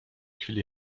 chwili